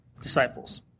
disciples